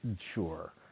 Sure